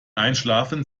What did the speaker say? einschlafen